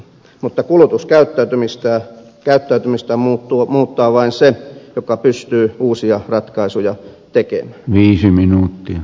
mutta kulutuskäyttäytymistään muuttaa vain se joka pystyy uusia ratkaisuja tekemään